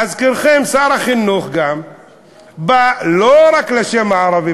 להזכירכם, שר החינוך גם בא לא רק לשם "ערבים".